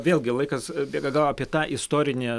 vėlgi laikas bėga gal apie tą istorinį